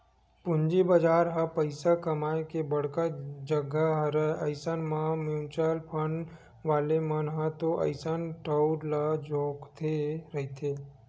पूंजी बजार ह पइसा कमाए के बड़का जघा हरय अइसन म म्युचुअल फंड वाले मन ह तो अइसन ठउर ल जोहते रहिथे